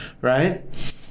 right